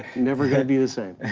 never gonna be the same.